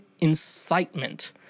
incitement